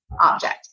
object